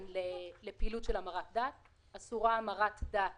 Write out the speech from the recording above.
לפעילות של המרת דת: אסורה המרת דת